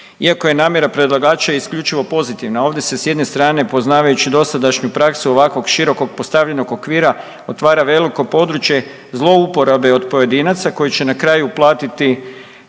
Iako je namjera predlagača isključivo pozitivna, ovdje se, s jedne strane, poznavajući dosadašnju praksu ovako širokog postavljenog okvira otvara veliko područje zlouporabe od pojedinaca koji će na kraju platiti